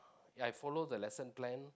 I follow the lesson plan